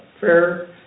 fair